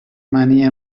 منی